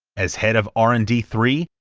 as head of r and d three,